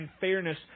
fairness